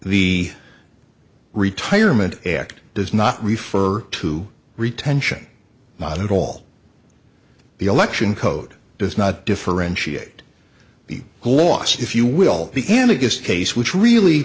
the retirement act does not refer to retention not at all the election code does not differentiate the loss if you will the end of this case which really